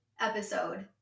episode